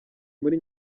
muri